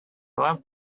love